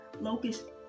locust